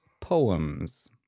poems